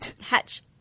hatch